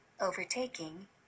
overtaking